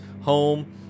home